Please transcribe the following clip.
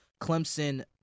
Clemson